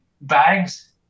bags